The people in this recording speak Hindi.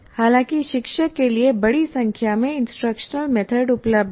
हालाँकि शिक्षक के लिए बड़ी संख्या में इंस्ट्रक्शन मेथड उपलब्ध हैं